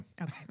Okay